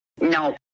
No